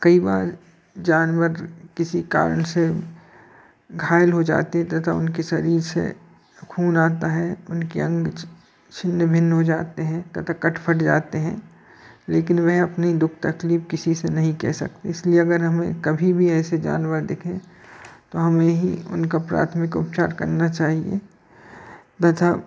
कई बार जानवर किसी कारण से घायल हो जाते तथा उनके शरीर से ख़ून आता है उनके अंग छिन्न भिन्न हो जाते हैं तथा कट फट जाते हैं लेकिन वे अपनी दुख तकलफ़ किसी से नहीं कह सकते इसलिए अगर हमें कभी भी ऐसे जानवर दिखें तो हमें ही उनका प्राथमिक उपचार करना चाहिए तथा